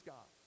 God